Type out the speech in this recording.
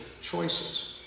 choices